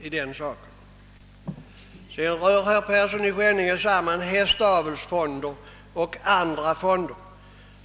Sedan rör herr Persson i Skänninge samman hästavelsfonder och andra fonder.